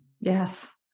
Yes